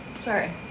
Sorry